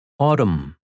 Autumn